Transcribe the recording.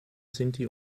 sinti